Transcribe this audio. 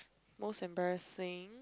most embarrassing